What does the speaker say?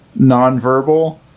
nonverbal